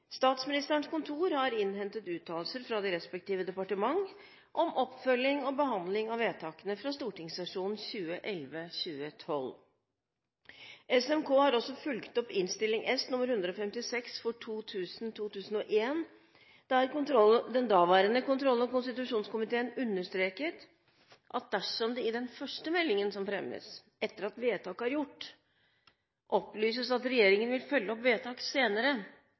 Statsministerens kontor har innhentet uttalelser fra de respektive departementer om oppfølging og behandling av vedtakene fra stortingssesjonen 2011–2012. SMK har også fulgt opp Innst. S. nr. 156 for 2000–2001, der den daværende kontroll- og konstitusjonskomiteen understreket at dersom det i den første meldingen som fremmes etter at vedtak er gjort, opplyses at regjeringen vil følge opp vedtak senere,